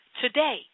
Today